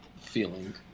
feeling